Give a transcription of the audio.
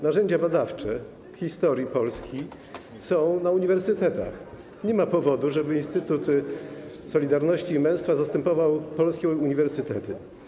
Narzędzia badawcze w historii Polski są na uniwersytetach, nie ma powodu, żeby Instytut Solidarności i Męstwa zastępował polskie uniwersytety.